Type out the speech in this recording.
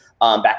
back